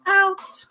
out